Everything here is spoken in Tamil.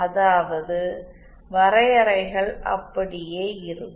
அதாவது வரையறைகள் அப்படியே இருக்கும்